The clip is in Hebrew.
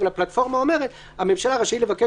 אבל הפלטפורמה אומרת ש"הממשלה רשאית לבקש